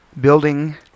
building